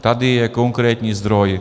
Tady je konkrétní zdroj.